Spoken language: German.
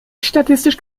statistisch